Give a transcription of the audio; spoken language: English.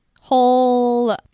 whole